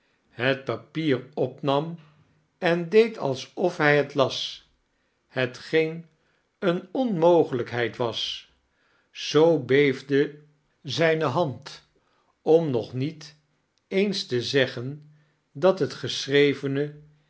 het papier opnam en deed alsof hij het las hetgeen een onmogelijkheid was zoo beefde zijn hand am nog met eens te zeggem dat het geschrevehe